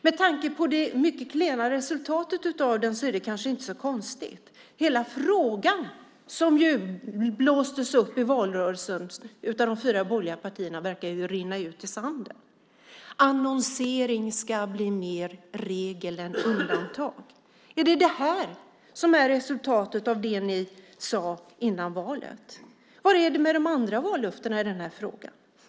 Med tanke på det mycket klena resultatet av den är det kanske inte så konstigt. Hela frågan som blåstes upp i valrörelsen av de fyra borgerliga partierna verkar rinna ut i sanden. Annonsering ska bli mer regel än undantag. Är det det som är resultatet av det som ni sade innan valet? Hur är det med de andra vallöftena i den här frågan?